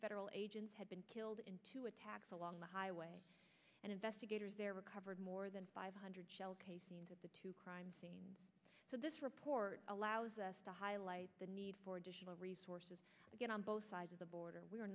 federal agents had been killed in two attacks along the highway and investigators there recovered more than five hundred shell casings at the two crime scenes so this report allows us to highlight the need for additional resources to get on both sides of the border we're